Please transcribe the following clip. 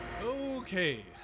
Okay